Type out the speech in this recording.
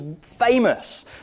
famous